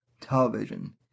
television